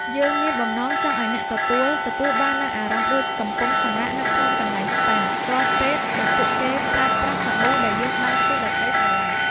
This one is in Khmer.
យើងមានបំណងចង់ឱ្យអ្នកទទួលទទួលបាននូវអារម្មណ៍ដូចកំពុងសម្រាកនៅក្នុងកន្លែងស្ប៉ា រាល់ពេលដែលពួកគេប្រើប្រាស់សាប៊ូដែលយើងបានធ្វើដោយក្តីស្រឡាញ់។